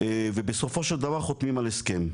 ובסופו של דבר חותמים על הסכם,